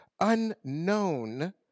unknown